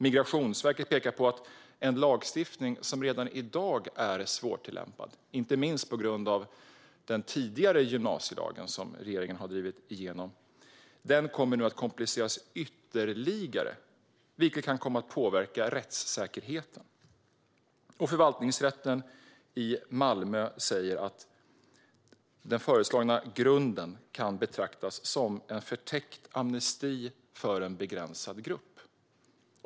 Migrationsverket pekar på att en lagstiftning som redan i dag är svårtillämpad, inte minst på grund av den tidigare gymnasielag som regeringen har drivit igenom, nu kommer att kompliceras ytterligare, vilket kan komma att påverka rättssäkerheten. Förvaltningsrätten i Malmö säger att den föreslagna grunden kan betraktas som en förtäckt amnesti för en begränsad grupp.